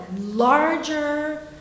larger